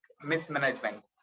mismanagement